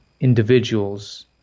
individuals